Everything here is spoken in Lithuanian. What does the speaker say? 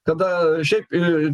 kada šiaip ir